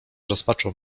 rozpaczą